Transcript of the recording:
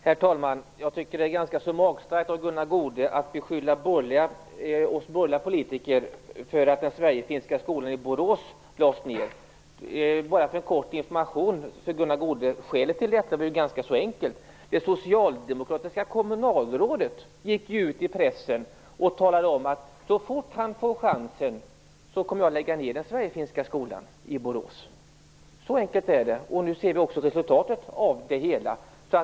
Herr talman! Jag tycker att det är ganska magstarkt av Gunnar Goude att beskylla oss borgerliga politiker för att Sverigefinska skolan i Borås lades ned. Jag vill bara ge Gunnar Goude en kort information. Skälet till detta var ganska enkelt. Det socialdemokratiska kommunalrådet gick ju ut i pressen och talade om att så fort han fick chansen skulle han lägga ned den Sverigefinska skolan i Borås. Så enkelt är det, och nu ser vi också resultatet av det hela.